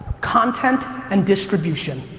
content and distribution,